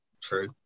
True